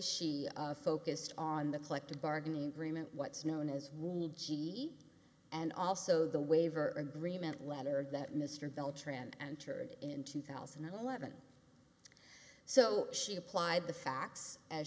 she focused on the collective bargaining agreement what's known as rule g e and also the waiver agreement letter that mr belcher and entered in two thousand and eleven so she applied the facts as